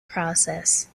process